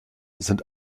sind